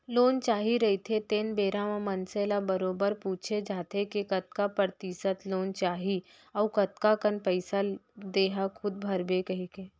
loan चाही रहिथे तेन बेरा म मनसे ल बरोबर पूछे जाथे के कतका परतिसत लोन चाही अउ कतका कन पइसा तेंहा खूद भरबे कहिके